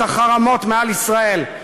את החרמות מעל ישראל,